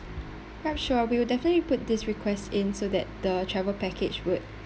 yup sure we will definitely put this request into that the travel package would